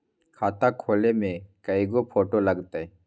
खाता खोले में कइगो फ़ोटो लगतै?